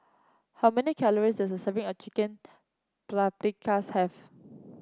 how many calories serving a Chicken Paprikas have